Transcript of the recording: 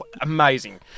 Amazing